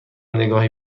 نگاهی